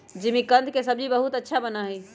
जिमीकंद के सब्जी बहुत अच्छा बना हई